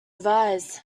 advise